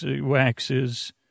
waxes